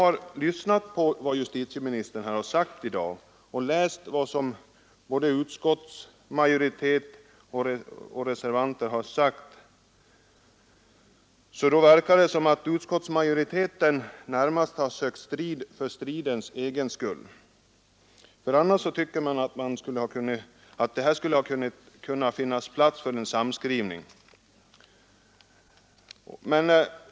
När man lyssnat på vad justitieministern sagt i dag och läst vad både utskottsmajoritetens representanter och reservanterna har skrivit, verkar det som om utskottsmajoriteten närmast sökt strid för stridens egen skull; man tycker att här hade funnits plats för en samskrivning.